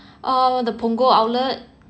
uh the Punggol outlet